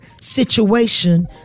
situation